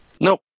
Nope